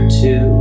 two